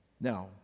Now